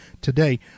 today